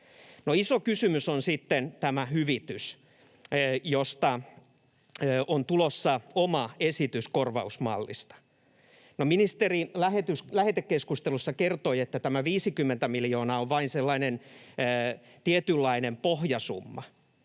iso kysymys on sitten tämä hyvitys, jonka korvausmallista on tulossa oma esitys. Ministeri lähetekeskustelussa kertoi, että tämä 50 miljoonaa on vain sellainen tietynlainen pohjasumma,